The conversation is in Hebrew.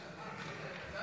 סעיפים 1 7